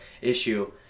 issue